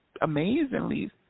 amazingly